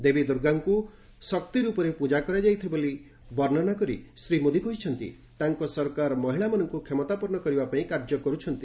ଦେବୀ ଦୁର୍ଗାଙ୍କୁ ଶକ୍ତି ରୂପରେ ପୂଜା କରାଯାଇଥାଏ ବୋଲି ବର୍ଷ୍ଣନା କରି ଶ୍ରୀ ମୋଦୀ କହିଛନ୍ତି ତାଙ୍କ ସରକାର ମହିଳାମାନଙ୍କୁ କ୍ଷମତାପନ୍ନ କରିବା ପାଇଁ କାର୍ଯ୍ୟ କରୁଛନ୍ତି